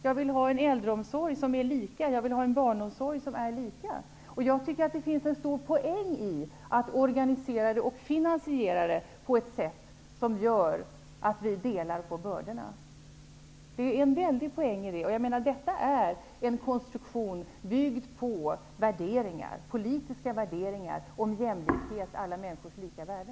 Jag vill ha en barn och äldreomsorg som är lika. Det finns en stor poäng i att organisera och finansiera på ett sådant sätt att vi delar på bördorna. Detta är en konstruktion byggd på politiska värderingar om jämlikhet och alla människors lika värde.